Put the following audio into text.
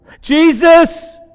Jesus